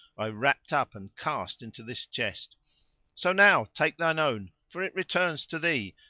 i wrapped up and cast into this chest so now take thine own, for it returns to thee,